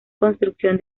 construcción